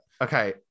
Okay